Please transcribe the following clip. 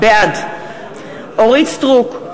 בעד אורית סטרוק,